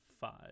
five